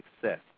success